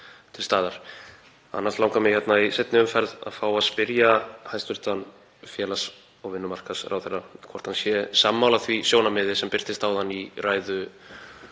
Annars langar mig hér í seinni umferð að fá að spyrja hæstv. félags- og vinnumarkaðsráðherra hvort hann sé sammála því sjónarmiði, sem birtist áðan í ræðu